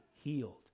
healed